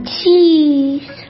Cheese